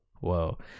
Whoa